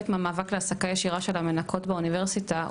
מהמאבק להעסקה ישירה של המנקות באוניברסיטה,